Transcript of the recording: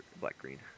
Black-green